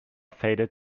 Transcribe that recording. faded